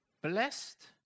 blessed